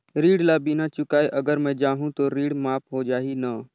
ऋण ला बिना चुकाय अगर मै जाहूं तो ऋण माफ हो जाही न?